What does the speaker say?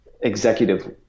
executive